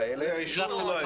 לא, זה עישון.